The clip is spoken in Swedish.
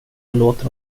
förlåter